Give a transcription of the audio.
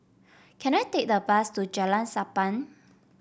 can I take a bus to Jalan Sappan